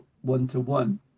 one-to-one